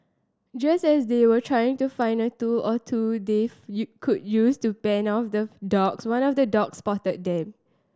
just as they were trying to find a tool or two could use to fend off the dogs one of the dogs spotted them